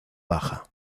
baja